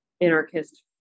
anarchist